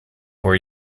were